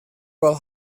will